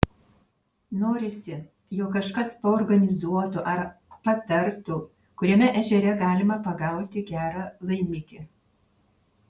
norisi jog kažkas paorganizuotų ar patartų kuriame ežere galima pagauti gerą laimikį